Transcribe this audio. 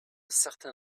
certain